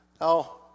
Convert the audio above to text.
Now